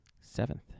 Seventh